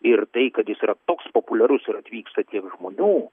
ir tai kad jis yra toks populiarus ir atvyksta tiek žmonių